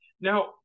Now